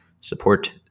Support